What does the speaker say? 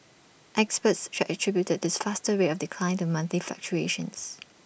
experts should attributed this faster rate of decline to monthly fluctuations